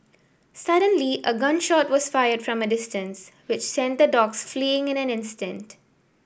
suddenly a gun shot was fired from a distance which sent the dogs fleeing in an instant